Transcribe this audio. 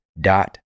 dot